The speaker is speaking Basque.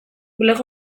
blog